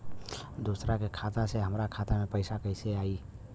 दूसरा के खाता से हमरा खाता में पैसा कैसे आई?